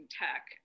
tech